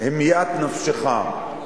המיית נפשך.